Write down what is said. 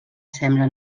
sembla